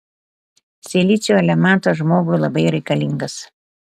silicio elementas žmogui labai reikalingas